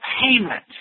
payment